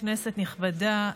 כנסת נכבדה,